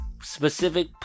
specific